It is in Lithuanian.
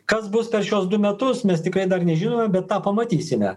kas bus per šiuos du metus mes tikrai dar nežinome bet tą pamatysime